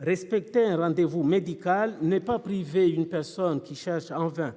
respecter un rendez-vous médical n'est pas privé. Une personne qui cherche en vain